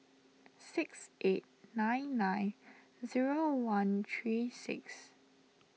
six eight nine nine zero one three six